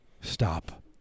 stop